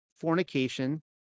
fornication